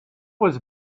was